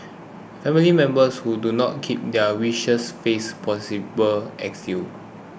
family members who do not keep their wishes face possible exile